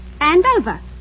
Andover